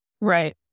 Right